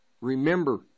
Remember